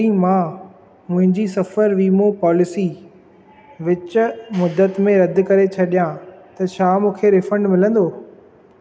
जेकॾहिं मां मुंहिंजी सफ़रु वीमो पॉलिसी विच मुदत में रदि करे छॾियां त छा मूंखे रीफंड मिलंदो